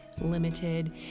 limited